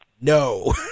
No